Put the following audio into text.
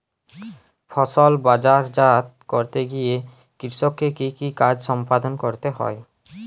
ফসল বাজারজাত করতে গিয়ে কৃষককে কি কি কাজ সম্পাদন করতে হয়?